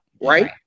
right